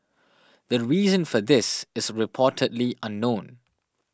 the reason for this is reportedly unknown